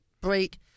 break